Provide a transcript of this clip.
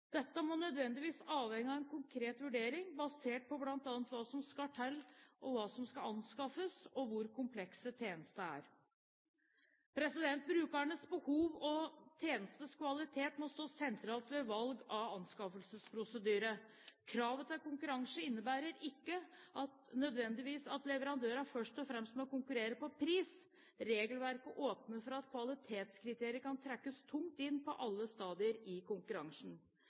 Dette må nødvendigvis avhenge av en konkret vurdering basert på bl.a. hva som skal anskaffes, og hvor komplekse tjenestene er. Brukernes behov og tjenestenes kvalitet må stå sentralt ved valg av anskaffelsesprosedyrer. Kravet til konkurranse innebærer ikke nødvendigvis at leverandørene først og fremst må konkurrere på pris. Regelverket åpner for at kvalitetskriterier kan trekkes tungt inn på alle stadier i konkurransen.